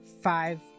five